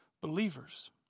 believers